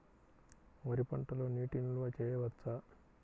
వరి పంటలో నీటి నిల్వ చేయవచ్చా?